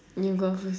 you go out first